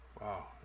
wow